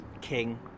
King